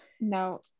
No